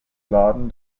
laden